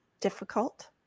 difficult